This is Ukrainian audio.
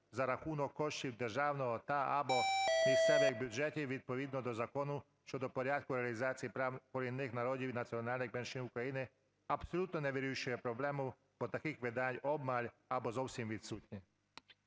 за рахунок коштів державного та/або місцевих бюджетів відповідно до закону щодо порядку реалізації прав корінних народів і національних меншин України, абсолютно не вирішує проблему, бо таких видань обмаль або зовсім відсутні.